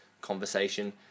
conversation